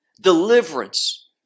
deliverance